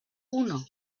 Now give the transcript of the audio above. uno